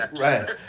Right